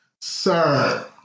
sir